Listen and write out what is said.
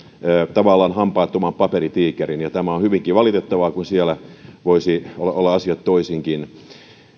tavallaan hampaattoman paperitiikerin tämä on hyvinkin valitettavaa kun siellä voisivat olla asiat toisinkin